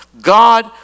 God